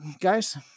guys